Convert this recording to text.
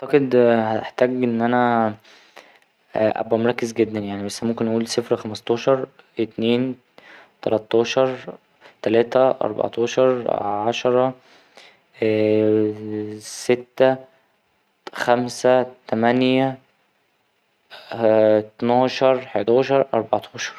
أعتقد هحتاج إن أنا أبقى مركز جدا يعني بس ممكن نقول صفر خمستاشر اتنين تلتاشر تلاتة أربعتاشر عشرة ستة خمسة تمانية اتناشر حداشر أربعتاشر.